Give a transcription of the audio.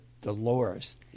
Dolores